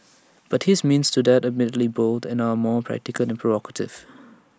but his means to that admittedly bold end are more practical than provocative